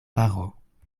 paro